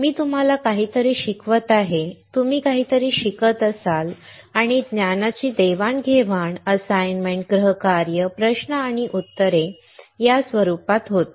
मी तुम्हाला काहीतरी शिकवत आहे तुम्ही काहीतरी शिकत असाल आणि ज्ञानाची देवाणघेवाण असाइनमेंट गृहकार्य प्रश्न आणि उत्तरे या स्वरूपात होते